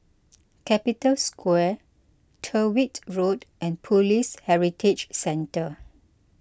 Capital Square Tyrwhitt Road and Police Heritage Centre